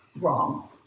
wrong